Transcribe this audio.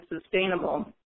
sustainable